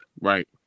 Right